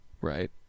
right